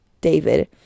David